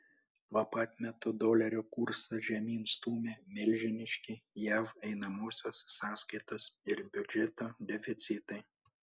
tuo pat metu dolerio kursą žemyn stumia milžiniški jav einamosios sąskaitos ir biudžeto deficitai